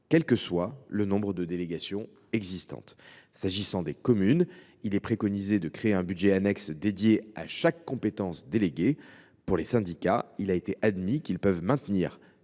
quel que soit le nombre de délégations existantes. Pour les communes, il est préconisé de créer un budget annexe dédié à chaque compétence déléguée. Pour les syndicats, le maintien des budgets annexes